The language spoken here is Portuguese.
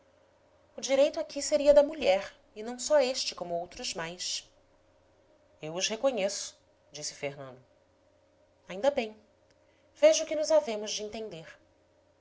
o direito aqui seria da mulher e não só este como outros mais eu os reconheço disse fernando ainda bem vejo que nos havemos de entender